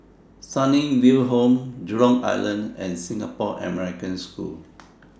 Sunnyville Home Jurong Island and Singapore American School